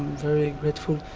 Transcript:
very grateful.